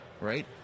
right